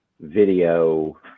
video